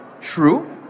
True